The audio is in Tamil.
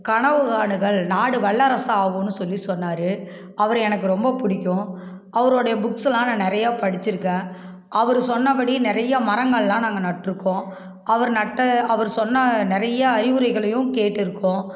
கனவு காணுங்கள் நாடு வல்லரசு ஆகும்னு சொல்லி சொன்னார் அவர எனக்கு ரொம்ப பிடிக்கும் அவரோடைய புக்ஸெல்லாம் நான் நிறையாப் படிச்சுருக்கேன் அவரு சொன்னப் படி நிறையா மரங்களெல்லாம் நாங்கள் நட்டிருக்கோம் அவர் நட்ட அவரு சொன்ன நிறையா அறிவுரைகளையும் கேட்டிருக்கோம்